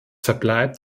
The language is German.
verbleibt